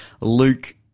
Luke